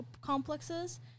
complexes